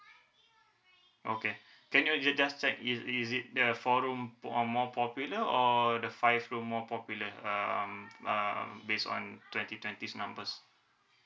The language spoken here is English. okay can you ju~ just check is is it the four room put on more popular or the five room more popular um uh based on twenty twenties numbers